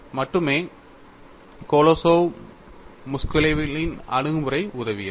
இங்கே மட்டுமே கொலோசோவ் முஸ்கெலிஷ்விலியின் அணுகுமுறை உதவியது